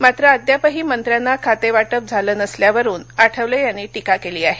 मात्र अद्यापही मंत्र्यांना खातेवाटप झालं नसल्यावरून आठवले यांनी टीका केली आहे